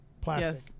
plastic